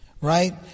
right